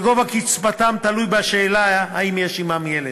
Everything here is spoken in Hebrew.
שגובה קצבתם תלוי בשאלה האם יש עמם ילד.